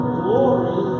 glory